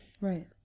Right